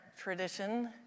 tradition